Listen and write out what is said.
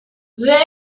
there